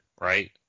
right